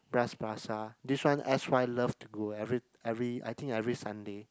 Bras-Basah this one S_Y love to go every every I think every Sunday